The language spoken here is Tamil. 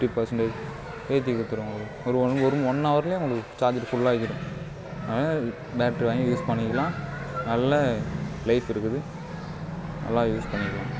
ஃபிப்டி பர்சண்டேஜ் ஏற்றிக் கொடுத்துரும் ஒரு ஒரு ஒன்னவரில் உங்களுக்கு சார்ஜர் ஃபுல்லாக ஆகிடும் அதனால் பேட்டரி வாங்கி யூஸ் பண்ணிக்கலாம் நல்ல லைஃப் இருக்குது நல்லா யூஸ் பண்ணிக்கலாம்